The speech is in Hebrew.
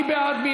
מי בעד?